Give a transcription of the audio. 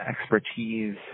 expertise